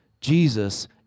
Jesus